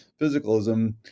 physicalism